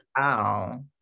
Wow